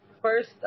First